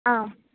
ആ